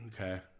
Okay